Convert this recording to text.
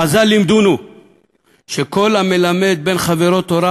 חז"ל לימדונו ש"כל המלמד את בן חברו תורה,